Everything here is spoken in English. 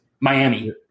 Miami